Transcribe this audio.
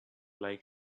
like